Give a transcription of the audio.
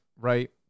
right